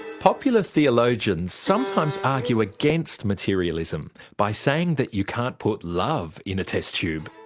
popular theologians sometimes argue against materialism by saying that you can't put love in a test tube.